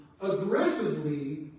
aggressively